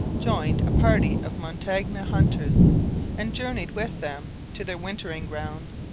joined a party of montagnais hunters and journeyed with them to their wintering grounds.